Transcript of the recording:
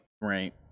Right